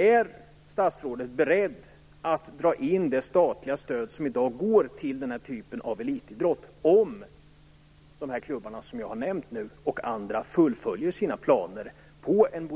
Är statsrådet beredd att dra in det statliga stöd som i dag går till den här typen av elitidrott om de klubbar som jag har nämnt, och andra, fullföljer sina planer på en